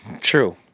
True